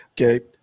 Okay